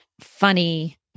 funny